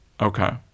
Okay